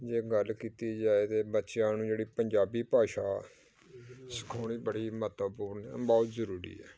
ਜੇ ਗੱਲ ਕੀਤੀ ਜਾਏ ਤਾਂ ਬੱਚਿਆਂ ਨੂੰ ਜਿਹੜੀ ਪੰਜਾਬੀ ਭਾਸ਼ਾ ਸਿਖਾਉਣੀ ਬੜੀ ਮਹੱਤਵਪੂਰਨ ਬਹੁਤ ਜ਼ਰੂਰੀ ਹੈ